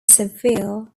seville